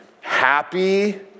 happy